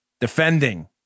defending